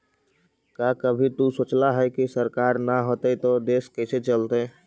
क्या कभी तु सोचला है, की सरकार ना होतई ता देश कैसे चलतइ